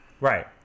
Right